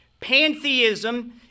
Pantheism